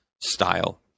style